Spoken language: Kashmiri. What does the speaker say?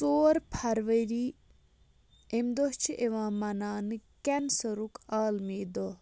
ژور فَروری اَمہِ دۄہ چھِ یِوان مَناونہٕ کینٛسَرُک عالمی دۄہ